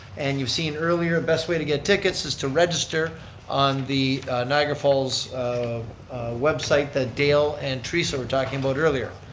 and you've seen earlier, best way to get tickets is to register on the niagara falls um website that dale and theresa were talking about earlier,